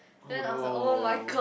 oh no